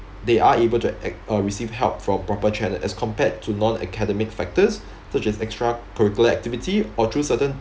they are able to act~ uh receive help from proper channels as compared to non academic factors such as extra curricular activity or through certain